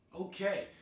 Okay